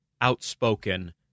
outspoken